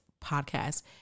podcast